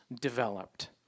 developed